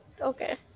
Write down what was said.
okay